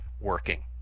working